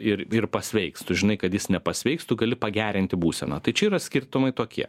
ir ir pasveiks tu žinai kad jis nepasveiks tu gali pagerinti būseną tai čia yra skirtumai tokie